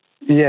yes